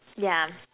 ya